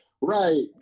Right